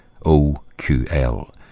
OQL